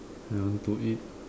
I want to eat